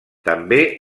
també